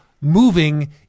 moving